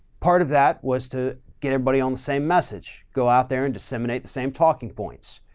part of that was to get everybody on the same message, go out there and disseminate the same talking points.